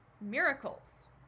miracles